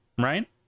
right